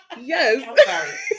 Yes